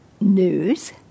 news